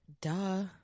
Duh